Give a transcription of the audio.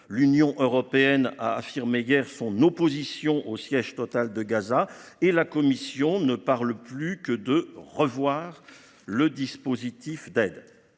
L’Union européenne a affirmé hier son opposition au siège total de Gaza et la Commission ne parle plus que de « revoir » le dispositif d’aide.